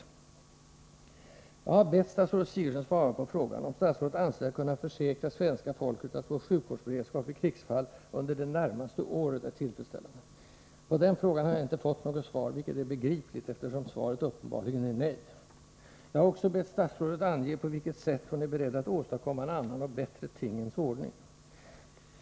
Jag har bett statsrådet Sigurdsen svara på frågan om statsrådet anser sig kunna försäkra svenska folket att vår sjukvårdsberedskap i krigsfall under det närmaste året är tillfredsställande. På den frågan har jag inte fått något svar, vilket är begripligt, eftersom svaret uppenbarligen är nej. Jag har också bett statsrådet ange på vilket sätt hon är beredd att åstadkomma en annan och bättre tingens ordning.